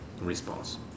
response